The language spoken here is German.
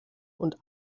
und